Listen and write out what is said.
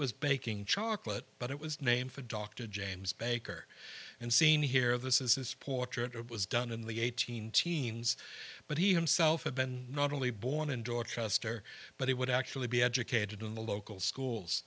was baking chocolate but it was named for dr james baker and seen here this is his portrait it was done in the eighteen teens but he himself had been not only born in dorchester but he would actually be educated in the local schools